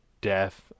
death